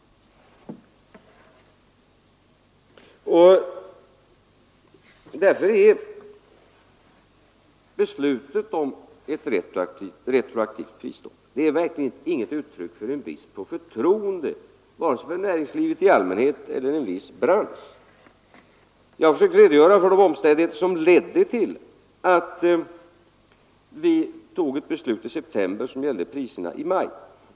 Därför är beslutet om ett retroaktivt prisstopp verkligen inget uttryck för en brist på förtroende vare sig för näringslivet eller en viss bransch. Jag har försökt redogöra för de omständigheter som ledde till att vi fattade ett beslut i september som gällde priserna i maj.